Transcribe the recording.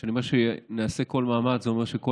כשאני אומר שנעשה כל מאמץ זה אומר שכל